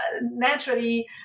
naturally